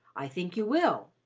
i think you will.